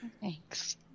Thanks